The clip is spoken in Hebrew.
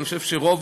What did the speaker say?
אני חושב שרוב